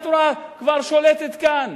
סיירת התורה כבר שולטת כאן.